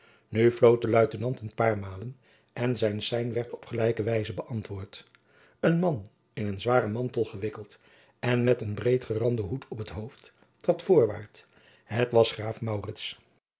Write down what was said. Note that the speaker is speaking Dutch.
nu floot de luitenant een paar malen en zijn sein werd op gelijke wijze beantwoord een man in een zwaren mantel gewikkeld en met een breedgeranden hoed op t hoofd trad voorwaart het was graaf